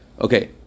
Okay